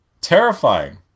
terrifying